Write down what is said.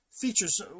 features